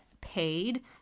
paid